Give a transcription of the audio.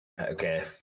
Okay